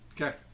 Okay